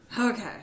Okay